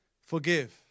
Forgive